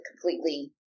completely